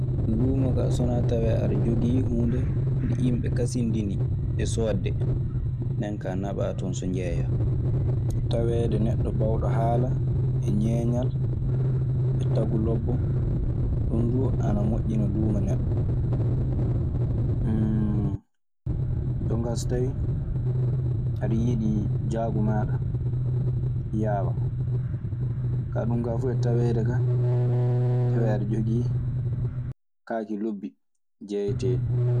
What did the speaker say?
Luumo kaa, so wanaa tawee aɗe jogii huunde nde yimɓe kasindinii e soodde. Nden kaa naɓaa ton so njeeyaa. Taweede neɗɗo baawɗo haala e ñeeñal e tagu lobbo, ɗun duu ana moƴƴina luuma neɗɗo. Jonkaa so tawii aɗe yiɗii jaagu maaɗa yaawa. Kaa, ɗun kaa fu e taweede ka tawee aɗe jogii kaake lobbi jeeyeteeɗi.